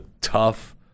tough